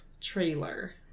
trailer